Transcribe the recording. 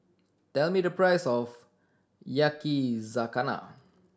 tell me the price of Yakizakana